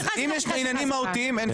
אם יש עניינים מהותיים.